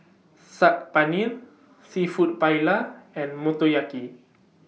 Saag Paneer Seafood Paella and Motoyaki